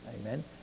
Amen